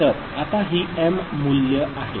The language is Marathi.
तर आता ही m मूल्य आहे